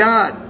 God